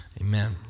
Amen